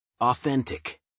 Authentic